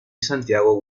santiago